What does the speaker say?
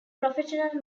professional